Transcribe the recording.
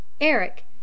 eric